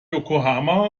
yokohama